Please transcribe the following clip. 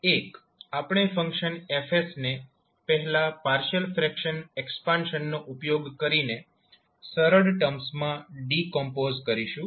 એક આપણે function F ને પહેલા પાર્શીયલ ફ્રેક્શન એક્સપાન્શનનો ઉપયોગ કરીને સરળ ટર્મ્સમાં ડિકોમ્પોઝ કરીશું